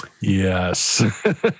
Yes